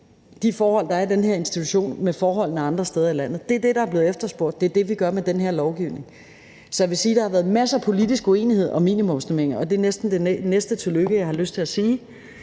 de forhold, der er i den her institution, med forholdene andre steder i landet. Det er det, der er blevet efterspurgt, og det er det, vi gør med den her lovgivning. Så jeg vil sige, at der har været masser af politisk uenighed om minimumsnormeringer, og det er næsten det næste tillykke, jeg har lyst til at sige.